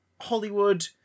Hollywood